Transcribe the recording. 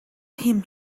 him